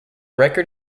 record